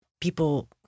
people